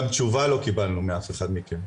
גם תשובה לא קיבלנו מאף אחד מכם,